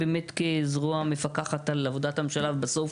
כזרוע המפקחת על עבודת הממשלה ובסוף,